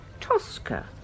Tosca